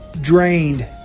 drained